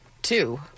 Two